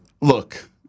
Look